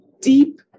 deep